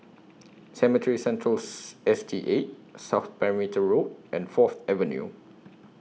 Cemetry Centrals S T eight South Perimeter Road and Fourth Avenue